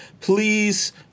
Please